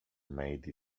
made